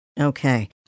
Okay